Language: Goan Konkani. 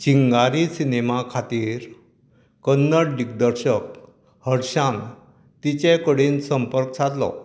चिंगारी सिनेमा खातीर कन्नड दिग्दर्शक हर्षान तिचे कडेन संपर्क सादलो